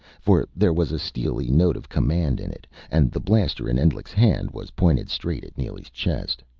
for there was a steely note of command in it. and the blaster in endlich's hand was pointed straight at neely's chest.